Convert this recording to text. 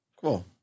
cool